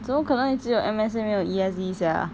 怎么可能只有 M_S_A 没有 E_S_E sia